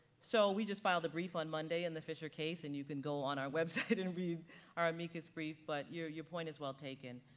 so we just filed a brief on monday in the fisher case and you can go on our website and read our amicus brief, but your your point is well taken.